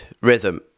rhythm